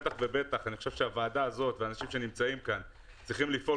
בטח ובטח הוועדה הזאת ואנשים שנמצאים כאן צריכים לפעול